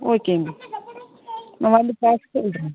ஓகேங்க நான் வந்து பார்த்து சொல்லுறேங்க